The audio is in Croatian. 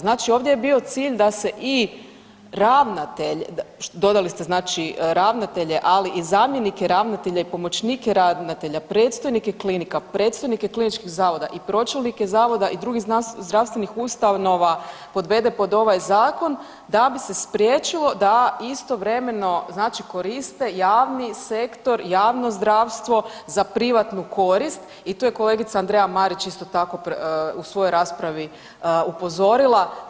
Znači ovdje je bio cilj da se i ravnatelj, dodali ste znači ravnatelje, ali i zamjenike ravnatelja i pomoćnike ravnatelja, predstojnike klinika, predstojnike kliničkih zavoda i pročelnike zavoda i drugih zdravstvenih ustanova podvede pod ovaj zakon da bi se spriječilo da istovremeno znači koriste javni sektor, javno zdravstvo za privatnu korist i to je kolegica Andreja Marić isto tako u svojoj raspravi upozorila.